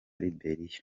liberia